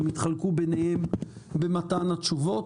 והם יתחלקו ביניהם במתן התשובות.